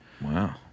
Wow